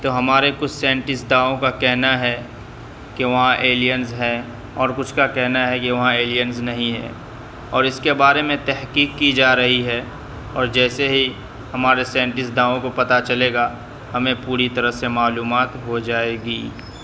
تو ہمارے کچھ سائنٹسداؤں کا کہنا ہے کہ وہاں ایلینز ہیں اور کچھ کا کہنا ہے کہ وہاں ایلینز نہیں ہیں اور اس کے بارے میں تحقیق کی جا رہی ہے اور جیسے ہی ہمارے سائنٹسداؤں کو پتہ چلے گا ہمیں پوری طرح سے معلومات ہو جائے گی